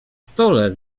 stole